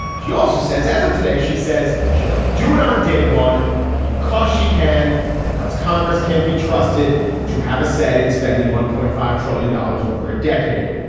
she also says as of today, she says she'll do it on day one because she can and because congress can't be trusted to have a say in spending one point five trillion dollars over a decade.